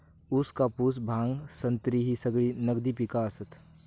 ऊस, कापूस, भांग, संत्री ही सगळी नगदी पिका आसत